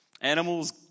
Animals